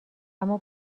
اما